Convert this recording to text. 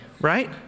right